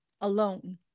alone